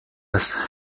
است